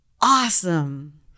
Awesome